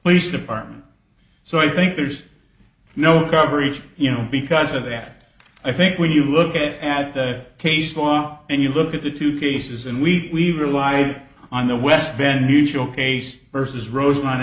police department so i think there's no coverage you know because of that i think when you look at that case law and you look at the two cases and we relied on the west bend usual case versus rose